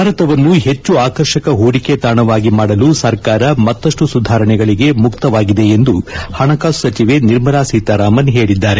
ಭಾರತವನ್ನು ಹೆಚ್ಚು ಆಕರ್ಷಕ ಹೂಡಿಕೆ ತಾಣವಾಗಿ ಮಾಡಲು ಸರ್ಕಾರ ಮತ್ತಷ್ಟು ಸುಧಾರಣೆಗಳಿಗೆ ಮುಕ್ತವಾಗಿದೆ ಎಂದು ಹಣಕಾಸು ಸಚಿವೆ ನಿರ್ಮಲಾ ಸೀತಾರಾಮನ್ ಹೇಳಿದ್ದಾರೆ